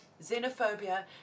xenophobia